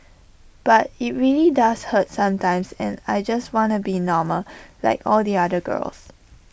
but IT really does hurt sometimes and I just wanna be normal like all the other girls